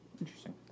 Interesting